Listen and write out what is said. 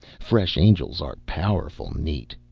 fresh angels are powerful neat.